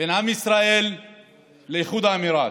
בין עם ישראל לאיחוד האמירויות.